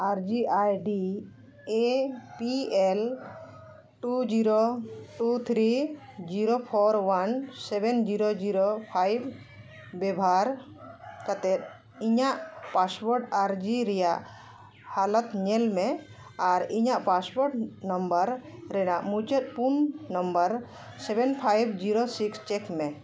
ᱟᱨᱡᱤ ID E P L two zero two three zero four one seven zero zero five ᱵᱮᱵᱷᱟᱨ ᱠᱟᱛᱮᱫ ᱤᱧᱟᱹᱜ passport ᱟᱨᱡᱤ ᱨᱮᱭᱟᱜ ᱦᱟᱞᱚᱛ ᱧᱮᱞ ᱢᱮ ᱟᱨ ᱤᱧᱟᱹᱜ ᱯᱟᱥᱯᱳᱨᱴ ᱱᱟᱢᱵᱟᱨ ᱨᱮᱱᱟᱜ ᱢᱩᱪᱟᱹᱫ ᱯᱩᱱ number seven five zero six check ᱢᱮ